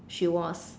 she was